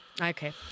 Okay